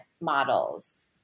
models